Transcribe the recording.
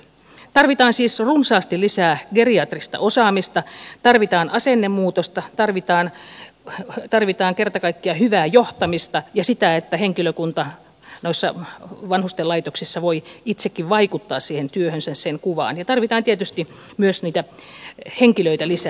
tarvitaan siis runsaasti lisää geriatrista osaamista tarvitaan asennemuutosta tarvitaan kerta kaikkiaan hyvää johtamista ja sitä että henkilökunta noissa vanhusten laitoksissa voi itsekin vaikuttaa siihen työhönsä sen kuvaan ja tarvitaan tietysti myös niitä henkilöitä lisää